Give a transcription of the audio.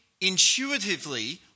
intuitively